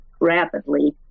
rapidly